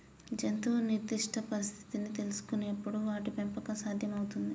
జంతువు నిర్దిష్ట పరిస్థితిని తెల్సుకునపుడే వాటి పెంపకం సాధ్యం అవుతుంది